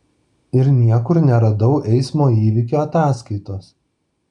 ir niekur neradau eismo įvykio ataskaitos